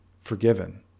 forgiven